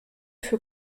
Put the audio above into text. für